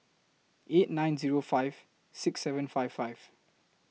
eight nine Zero five six seven five five